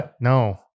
No